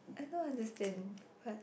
I don't understand but